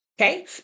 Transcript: okay